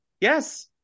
Yes